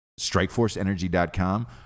Strikeforceenergy.com